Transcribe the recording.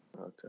Okay